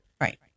right